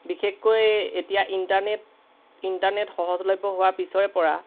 বিশেষকৈ এতিয়া internet internet সহজলভ্য হোৱাৰ পিছৰেপৰা